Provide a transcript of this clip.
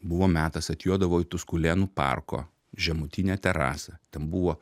buvo metas atjodavo į tuskulėnų parko žemutinę terasą ten buvo